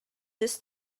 this